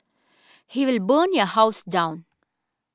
he will burn your house down